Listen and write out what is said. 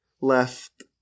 left